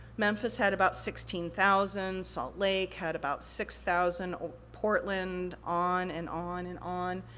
memphis had about sixteen thousand, salt lake had about six thousand, portland, on and on and on.